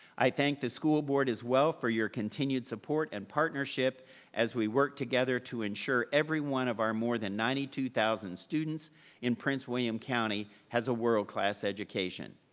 i thank the school board, as well, for your continued support and partnership as we work together to ensure every one of our more than ninety two thousand students in prince william county has a world class education.